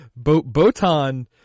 Botan